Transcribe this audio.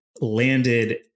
landed